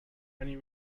any